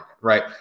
right